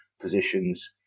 positions